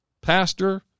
pastor